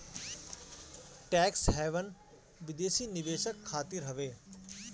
tax haven विदेशी निवेशक खातिर हवे